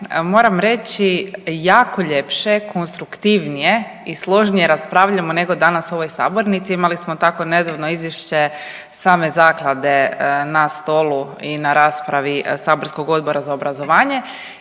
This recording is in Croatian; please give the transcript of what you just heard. moram reći jako ljepše, konstruktivnije i složnije raspravljamo nego danas u ovoj sabornici. Imali smo tako nedavno Izvješće same zaklade na stolu i na raspravi saborskog Odbora za obrazovanje